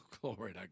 Glory